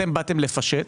אתם באתם לפשט